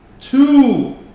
Two